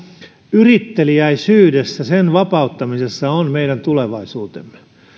yrittelijäisyydessä sen vapauttamisessa on meidän tulevaisuutemme